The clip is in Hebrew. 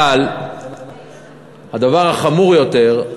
אבל הדבר החמור יותר,